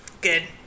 Good